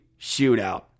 shootout